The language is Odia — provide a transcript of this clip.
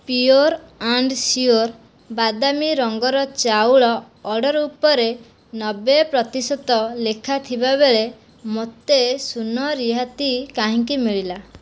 ପିଓର୍ ଆଣ୍ଡ ସିଓର୍ ବାଦାମୀ ରଙ୍ଗର ଚାଉଳ ଅର୍ଡ଼ର ଉପରେ ନବେ ପ୍ରତିଶତ ଲେଖା ଥିବାବେଳେ ମୋତେ ଶୂନ ରିହାତି କାହିଁକି ମିଳିଲା